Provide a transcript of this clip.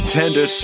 tender